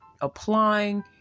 applying